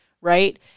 right